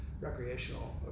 recreational